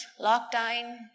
Lockdown